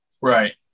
right